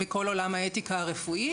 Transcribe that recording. בכל עולם האתיקה הרפואית